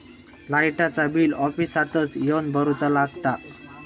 लाईटाचा बिल ऑफिसातच येवन भरुचा लागता?